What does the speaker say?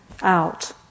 out